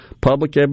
public